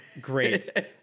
Great